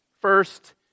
First